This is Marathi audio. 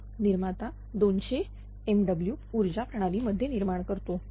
समजा निर्माता 200MW ऊर्जा प्रणाली मध्ये निर्माण करतो